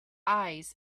eyes